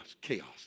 chaos